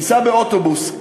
ניסע באוטובוס.